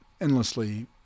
endlessly